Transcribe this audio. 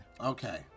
Okay